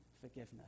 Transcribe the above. forgiveness